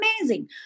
amazing